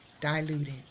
diluted